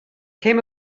came